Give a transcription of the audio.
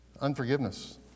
Unforgiveness